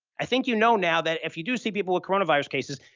i think you know now that if you do see people with coronavirus cases,